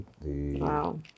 Wow